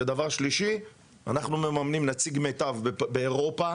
דבר שלישי, אנחנו מממנים נציג מיטב באירופה.